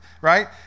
Right